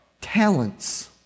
talents